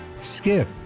Skip